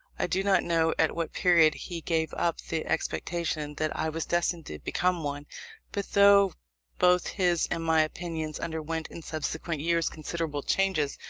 i do not know at what period he gave up the expectation that i was destined to become one but though both his and my opinions underwent in subsequent years considerable changes,